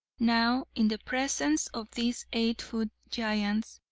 now, in the presence of these eight-foot giants,